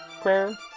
Prayer